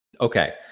Okay